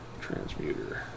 transmuter